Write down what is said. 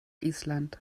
island